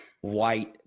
White